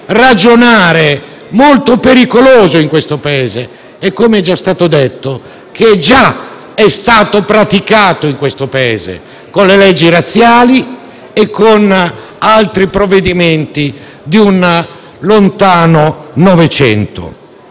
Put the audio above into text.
ragionare molto pericoloso in questo Paese e che, come è stato detto, è già stato praticato in questo Paese, con le leggi razziali e con altri provvedimenti di un lontano Novecento.